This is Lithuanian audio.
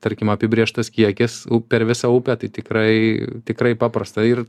tarkim apibrėžtas kiekis per visą upę tai tikrai tikrai paprasta ir